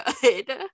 good